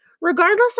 Regardless